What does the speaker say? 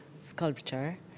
sculpture